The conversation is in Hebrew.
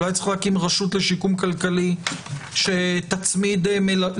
אולי צריך להקים רשות לשיקום כלכלי שתצמיד מלווה.